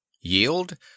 Yield